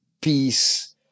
peace